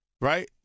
right